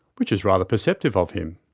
which is rather perceptive of him.